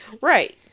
Right